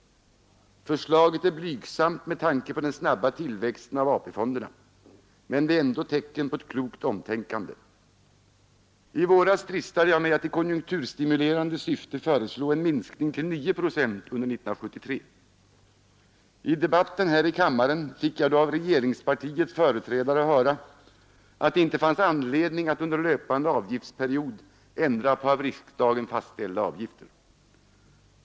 Förslaget är blygsamt med tanke på den snabba tillväxten av AP-fonderna, men det är ändå ett tecken på ett klokt omtänkande. I våras dristade jag mig att i konjunkturstimulerande syfte föreslå en minskning till 9 procent under 1973. I debatten här i kammaren fick jag då av regeringspartiets företrädare höra att det inte fanns anledning att under löpande avgiftsperiod ändra på av riksdagen fastställda avgifter.